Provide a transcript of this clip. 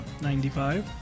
95